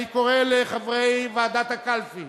אני קורא לחברי ועדת הקלפי